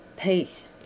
Peace